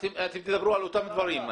אתם תדברו על אותם דברים.